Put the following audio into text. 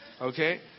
okay